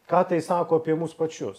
ką tai sako apie mus pačius